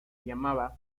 llamaba